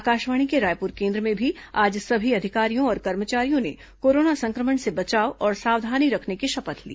आकाशवाणी के रायपुर केन्द्र में भी आज सभी अधिकारियों और कर्मचारियों ने कोरोना संक्रमण से बचाव और सावधानी रखने की शपथ ली